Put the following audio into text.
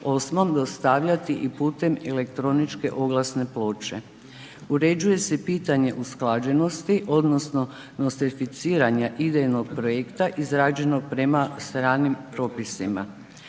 48. dostavljati i putem elektroničke oglasne ploče. Uređuje se i pitanje usklađenosti odnosno nostrificiranja idejnog projekta izrađenog prema stranim propisima.